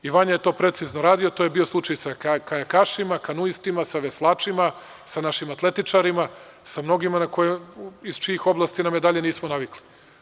Vanja je to precizno radio, to je bio slučaj sa kajakašima, kanuistima, sa veslačima, sa našim atletičarima, sa mnogima iz čijih oblasti na medalje nismo navikli.